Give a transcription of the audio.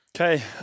Okay